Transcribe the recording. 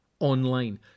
online